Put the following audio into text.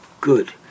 good